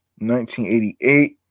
1988